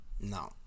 no